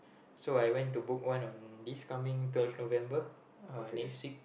so I went to book one on this coming third of November uh next week